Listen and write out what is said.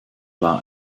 war